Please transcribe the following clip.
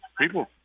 People